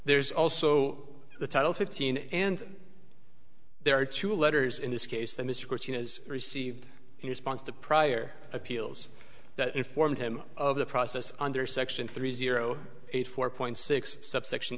there's also the title fifteen and there are two letters in this case that mr cortinas received in response to prior appeals that informed him of the process under section three zero eight four point six subsection